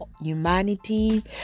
humanity